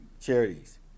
Charities